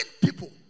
people